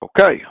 Okay